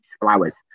flowers